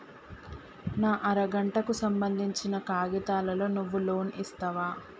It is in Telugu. నా అర గంటకు సంబందించిన కాగితాలతో నువ్వు లోన్ ఇస్తవా?